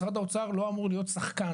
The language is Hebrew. משרד האוצר לא אמור להיות שחקן,